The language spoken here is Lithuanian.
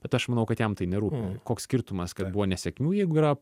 bet aš manau kad jam tai nerūpi koks skirtumas kad buvo nesėkmių jeigu yra